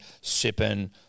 sipping